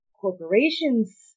corporations